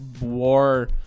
war